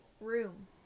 room